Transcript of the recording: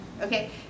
okay